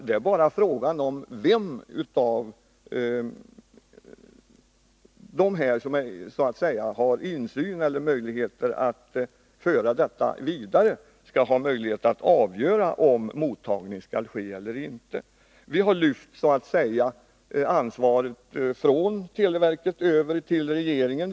Det är bara fråga om vem av dem som har insyn i eller som kan föra sändningarna vidare som skall ha möjlighet att avgöra om mottagning skall ske eller inte. Vi har så att säga lyft över ansvaret från televerket till regeringen.